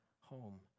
home